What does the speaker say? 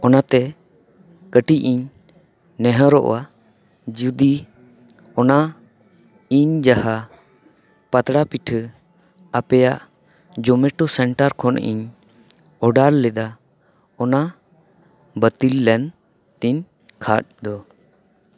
ᱚᱱᱟᱛᱮ ᱠᱟᱹᱴᱤᱡ ᱤᱧ ᱱᱮᱦᱚᱨᱚᱜᱼᱟ ᱡᱩᱫᱤ ᱚᱱᱟ ᱤᱧ ᱡᱟᱦᱟᱸ ᱯᱟᱛᱲᱟ ᱯᱤᱴᱷᱟᱹ ᱟᱯᱮᱭᱟᱜ ᱡᱩᱢᱮᱴᱳ ᱥᱮᱱᱴᱟᱨ ᱠᱷᱚᱱᱤᱧ ᱚᱰᱟᱨ ᱞᱮᱫᱟ ᱚᱱᱟ ᱵᱟᱹᱛᱤᱞ ᱞᱮᱱ ᱛᱤᱧ ᱠᱷᱟᱱ ᱫᱚ